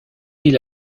île